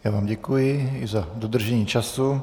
Já vám děkuji i za dodržení času.